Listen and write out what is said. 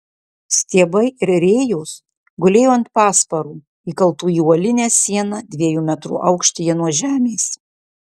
stiebai ir rėjos gulėjo ant pasparų įkaltų į uolinę sieną dviejų metrų aukštyje nuo žemės